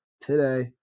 today